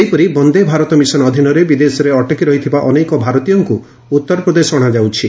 ସେହିପରି ବନ୍ଦେ ଭାରତ ମିଶନ ଅଧୀନରେ ବିଦେଶରେ ଅଟକି ରହିଥିବା ଅନେକ ଭାରତୀୟଙ୍କୁ ଉଉରପ୍ରଦେଶ ଅଣାଯାଉଛି